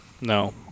No